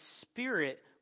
Spirit